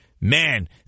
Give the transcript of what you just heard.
Man